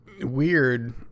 weird